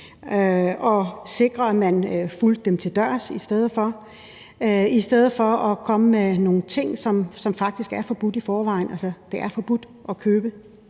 at sikre, at man fulgte dem til dørs, i stedet for at komme med nogle ting, som faktisk er forbudt i forvejen. Altså, det er forbudt at købe